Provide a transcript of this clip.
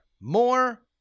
more